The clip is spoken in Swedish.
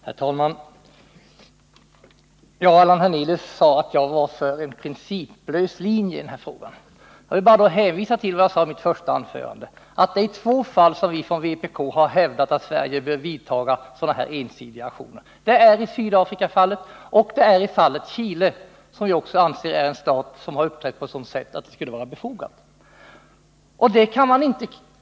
Herr talman! Allan Hernelius sade att jag var för en principlös linje i den här frågan. Jag vill då bara hänvisa till vad jag sade i mitt första anförande, att det är i två fall som vi från vpk har hävdat att Sverige bör göra sådana här ensidiga aktioner. Det är i Sydafrikafallet och det är i fallet Chile — Chile är en stat som vi också anser har uppträtt på ett sådant sätt att det är befogat med en sådan här aktion.